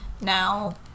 Now